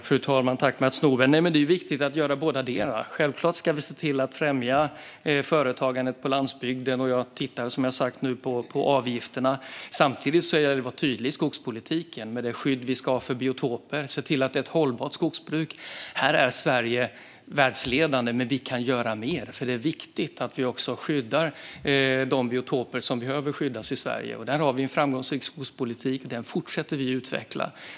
Fru talman! Det är viktigt att göra bådadera. Självklart ska vi se till att främja företagandet på landsbygden. Jag tittar som sagt nu på avgifterna. Samtidigt gäller det att vara tydlig i skogspolitiken med det skydd vi ska ha för biotoper och se till att det är ett hållbart skogsbruk. Här är Sverige världsledande. Men vi kan göra mer, för det är viktigt att vi skyddar de biotoper som behöver skyddas i Sverige. Där har vi en framgångsrik skogspolitik, och den fortsätter vi att utveckla.